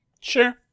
Sure